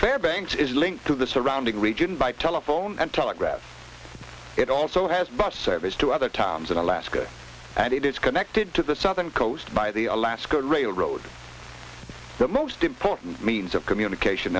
their banks is linked to the surrounding region by telephone and telegraph it also has a bus service to other towns in alaska and it is connected to the southern coast by the alaska railroad the most important means of communication